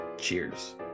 Cheers